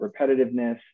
repetitiveness